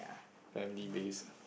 family based